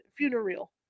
funereal